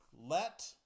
let